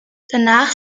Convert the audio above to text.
danach